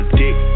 dick